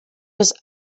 was